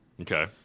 Okay